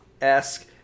esque